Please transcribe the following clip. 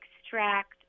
extract